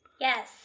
Yes